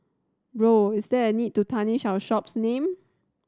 Bro is there a need to tarnish our shop's name